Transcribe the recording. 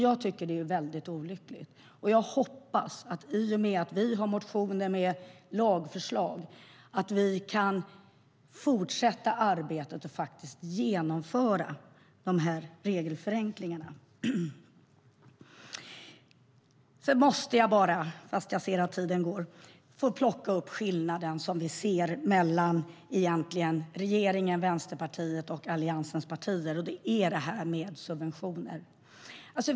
Jag tycker att det är olyckligt, och jag hoppas att man i och med våra motioner med lagförslag kan fortsätta arbetet och genomföra regelförenklingarna. Jag måste också ta upp en skillnad mellan regeringen och Vänsterpartiet och Alliansens partier. Det är subventioner.